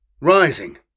rising